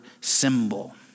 symbol